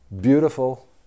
beautiful